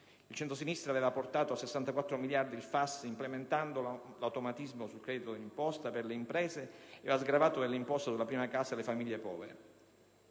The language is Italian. Il centrosinistra aveva portato a 64 miliardi il FAS, implementando l'automatismo sul credito d'imposta per le imprese e ha sgravato dell'imposta sulla prima casa le famiglie povere.